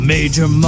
Major